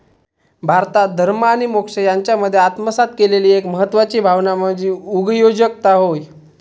भारतान धर्म आणि मोक्ष यांच्यामध्ये आत्मसात केलेली एक महत्वाची भावना म्हणजे उगयोजकता होय